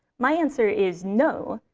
my answer is no.